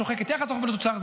שוחק את יחס החוב לתוצר,